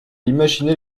imaginait